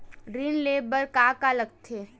ऋण ले बर का का लगथे?